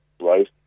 right